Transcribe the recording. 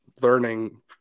learning